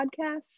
podcasts